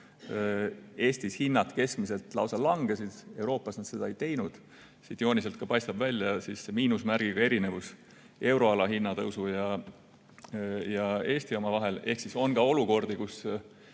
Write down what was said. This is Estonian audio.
Eestis hinnad keskmiselt lausa langesid, Euroopas nad seda ei teinud. Siit jooniselt ka paistab välja siis see miinusmärgiga erinevus euroala hinnatõusu ja Eesti oma vahel. Ehk siis on ka olnud olukordi, kus